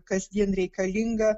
kasdien reikalinga